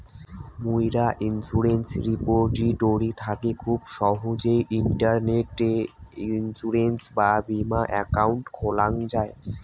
মুইরা insurance repository থাকি খুব সহজেই ইন্টারনেটে ইন্সুরেন্স বা বীমা একাউন্ট খোলাং যাই